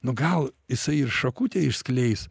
nu gal jisai ir šakutę išskleis